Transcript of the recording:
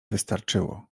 wystarczyło